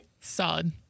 Solid